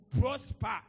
prosper